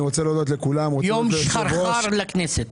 אני רוצה להודות לכולם -- יום שחרחר לכנסת.